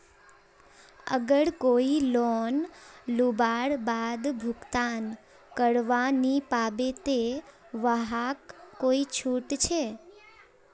अगर कोई लोन लुबार बाद भुगतान करवा नी पाबे ते वहाक कोई छुट छे?